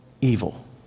evil